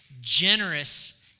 generous